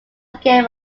again